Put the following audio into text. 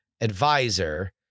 advisor